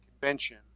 convention